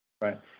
Right